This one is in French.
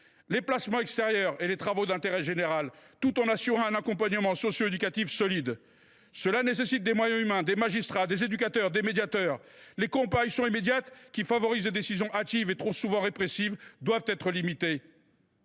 les placements extérieurs et les travaux d’intérêt général, tout en assurant un accompagnement socio éducatif solide. Cela nécessite des moyens humains, des magistrats, des éducateurs, des médiateurs. Les comparutions immédiates, qui favorisent des décisions hâtives et trop souvent répressives, doivent être limitées.